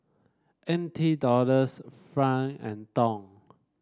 N T Dollars franc and Dong